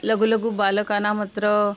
लघु लघु बालकानाम् अत्र